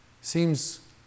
Seems